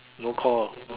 no call